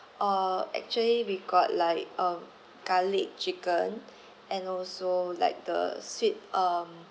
uh actually we got like a garlic chicken and also like the sweet um